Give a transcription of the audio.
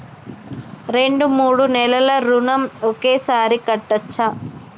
రెండు మూడు నెలల ఋణం ఒకేసారి కట్టచ్చా?